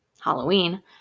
Halloween